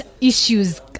issues